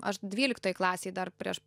aš dvyliktoj klasėj dar prieš